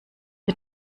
der